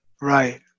right